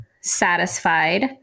satisfied